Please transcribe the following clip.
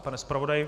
Pane zpravodaji?